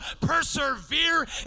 persevere